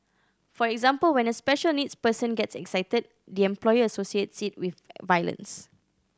for example when a special needs person gets excited the employer associates it with violence